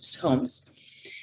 homes